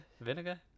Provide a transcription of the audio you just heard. Vinegar